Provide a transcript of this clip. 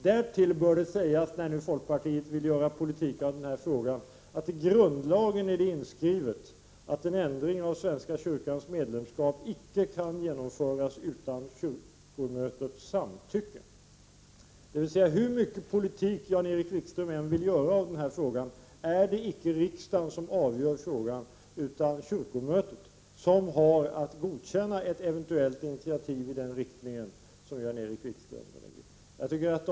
Det bör därtill sägas, när nu folkpartiet vill göra politik av frågan, att det är inskrivet i grundlagen att en ändring av reglerna om medlemskap i svenska kyrkan inte kan genomföras utan kyrkomötets samtycke. Hur mycket politik Jan-Erik Wikström än vill göra av den här frågan är det inte riksdagen som avgör frågan, utan det är kyrkomötet som har att godkänna ett eventuellt initiativ i den riktning som Jan-Erik Wikström förespråkar.